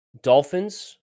Dolphins